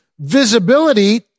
visibility